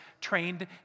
trained